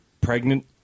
pregnant